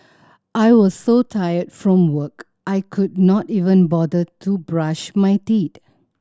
I was so tired from work I could not even bother to brush my teeth